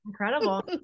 Incredible